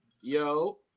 Yo